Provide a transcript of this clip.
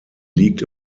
liegt